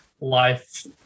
life